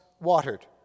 watered